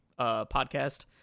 podcast